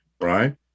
right